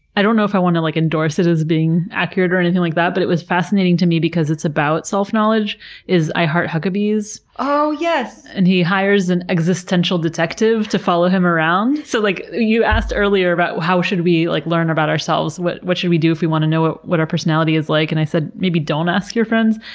i don't know if i want to, like, endorse it as being accurate or anything like that, but it was fascinating to me because it's about self-knowledge is i heart huckabees. oh, yes! and he hires an existential detective to follow him around. so, like you asked earlier about how should we like learn about ourselves. what what should we do if we want to know what what our personality is like? and i said, maybe, don't ask your friends.